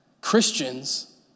Christians